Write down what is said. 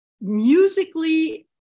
musically